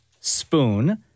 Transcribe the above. spoon